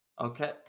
Okay